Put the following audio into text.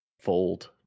fold